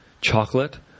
chocolate